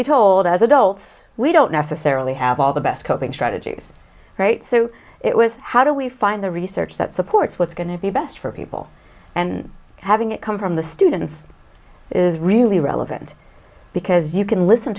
be told as adults we don't necessarily have all the best coping strategies right so it was how do we find the research that supports what's going to be best for people and having it come from the students is really relevant because you can listen